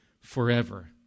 forever